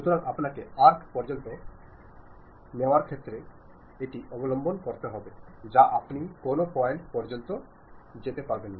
সুতরাং আপনাকে আর্ক পর্যন্ত সিদ্ধান্ত নেওয়ার ক্ষেত্রে সাবধানতা অবলম্বন করতে হবে যে আপনি কোন পয়েন্ট পর্যন্ত যেতে চান